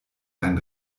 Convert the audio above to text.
ein